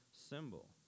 symbol